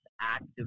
active